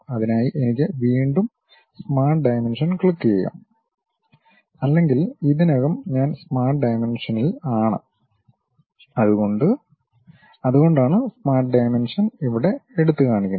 അതിനായി എനിക്ക് വീണ്ടും സ്മാർട്ട് ഡയമെൻഷൻ ക്ലിക്കുചെയ്യാം അല്ലെങ്കിൽ ഇതിനകം ഞാൻ സ്മാർട്ട് ഡയമെൻഷണിൽ ആണ് അതുകൊണ്ടാണ് സ്മാർട്ട് ഡയമെൻഷൻ ഇവിടെ എടുത്തുകാണിക്കുന്നത്